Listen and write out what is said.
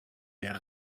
der